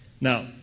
Now